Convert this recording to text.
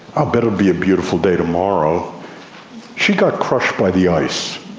ah bet it'll be a beautiful day tomorrow she got crushed by the ice.